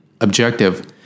objective